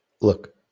Look